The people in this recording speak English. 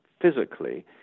physically